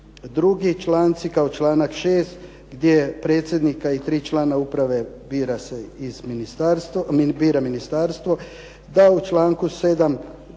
drugi članci kao članak 6. gdje predsjednika i tri člana uprave bira ministarstvo, da u članku 7.